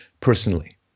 personally